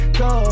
go